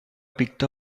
picked